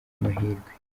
mahirwe